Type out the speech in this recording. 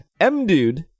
M-Dude